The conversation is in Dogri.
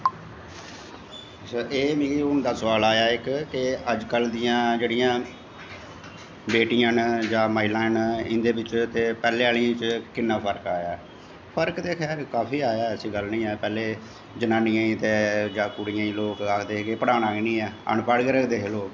एह् मिगी हून दा सोआल आया ऐ इक के अज्जकल दियां जेह्ड़ियां बेटियां न जां महिलां न इंटदे बिच्च ते पैह्लें आह्लियें च किन्नां फर्क आया ऐ फर्क ते खैर काफी आया ऐ ऐसी गल्ल निं ऐ पैह्लें जनानियें गी ते जां कुड़ियें गी लोग आखदे हे कि पढ़नां गै नी ऐ अनपढ़ गै रखदे हे लोक